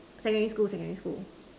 secondary school secondary school